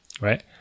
right